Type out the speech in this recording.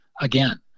again